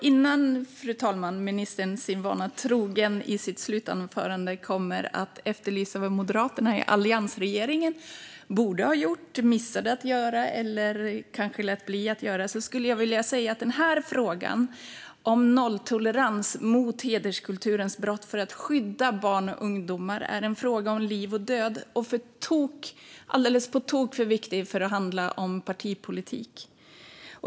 Innan ministern sin vana trogen i sitt slutanförande efterlyser vad Moderaterna i alliansregeringen borde ha gjort, missade att göra eller kanske lät bli att göra skulle jag vilja säga att frågan om nolltolerans mot hederskulturens brott, för att skydda barn och ungdomar, är en fråga om liv och död och en alldeles på tok för viktig fråga för att handla om partipolitik.